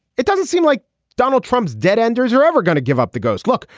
it doesn't seem like donald trump's dead enders are ever gonna give up the ghost look.